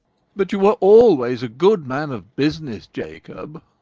but you were always a good man of business, jacob,